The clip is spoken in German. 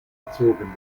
bezogen